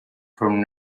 from